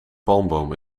palmboom